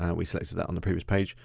and we selected that on the previous page.